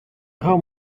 how